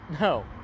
No